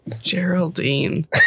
Geraldine